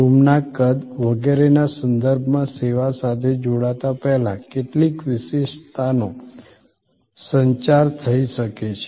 રૂમના કદ વગેરેના સંદર્ભમાં સેવા સાથે જોડાતા પહેલા કેટલીક વિશિષ્ટતાનો સંચાર થઈ શકે છે